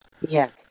Yes